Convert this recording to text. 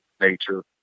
nature